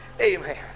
Amen